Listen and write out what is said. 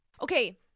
Okay